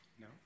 No